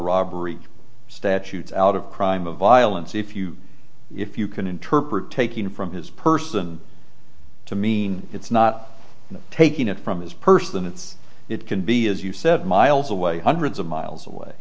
robbery statutes out of crime of violence if you if you can interpret taking from his person to mean it's not taking it from his person it's it can be as you said miles away hundreds of miles away